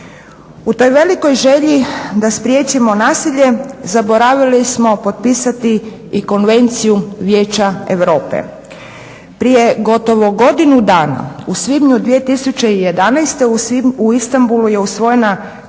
U toj velikoj želji da spriječimo nasilje zaboravili smo potpisati i Konvenciju Vijeća Europe. Prije gotovo godinu dana, u svibnju 2011. u Istambulu je usvojena Konvencija